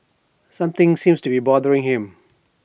something seems to be bothering him